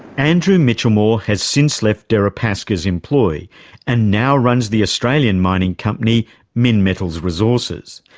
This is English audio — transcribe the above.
andrew michelmore has since left deripaska's employ and now runs the australian mining company minmetals resources.